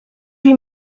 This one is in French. huit